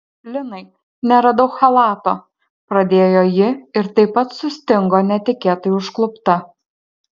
linai neradau chalato pradėjo ji ir taip pat sustingo netikėtai užklupta